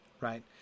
right